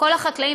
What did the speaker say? לכל החקלאים,